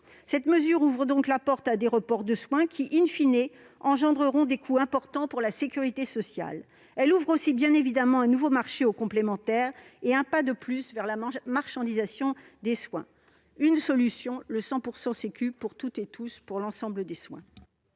Cette mesure ouvre donc la porte à des reports de soins qui,, engendreront des coûts importants pour la sécurité sociale. Elle ouvre aussi, bien évidemment, un nouveau marché aux complémentaires et constitue un pas de plus vers la marchandisation des soins. Une solution : le 100 % sécu pour tous et pour l'ensemble des soins